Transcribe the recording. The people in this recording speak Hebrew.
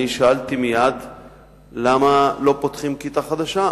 אני מייד שאלתי למה לא פותחים כיתה חדשה.